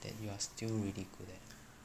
that you are still really good at